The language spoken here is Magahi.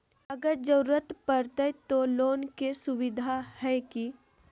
अगर जरूरत परते तो लोन के सुविधा है की?